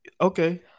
Okay